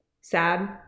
sad